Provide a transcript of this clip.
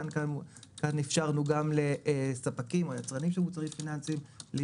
כאן אפשרנו גם לספקים או ליצרנים של מוצרים פיננסיים להיות